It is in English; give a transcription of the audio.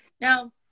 Now